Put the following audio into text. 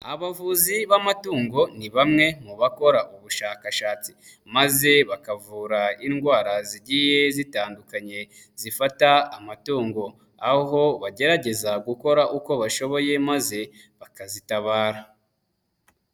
Abavuzi b'amatungo ni bamwe mu bakora ubushakashatsi maze bakavura indwara zigiye zitandukanye zifata amatungo, aho bagerageza gukora uko bashoboye maze bakazitabara.